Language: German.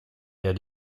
der